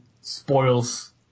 spoils